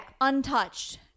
untouched